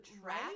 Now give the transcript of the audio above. track